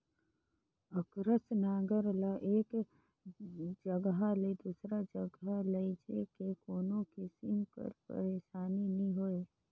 अकरस नांगर ल एक जगहा ले दूसर जगहा लेइजे मे कोनो किसिम कर पइरसानी नी होए